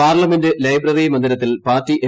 parliament library മന്ദിരത്തിൽ party M